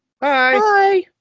Bye